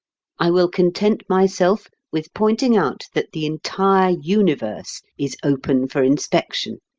i will content myself with pointing out that the entire universe is open for inspection.